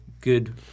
good